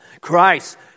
Christ